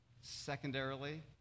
Secondarily